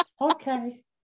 okay